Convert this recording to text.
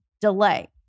delay